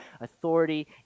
authority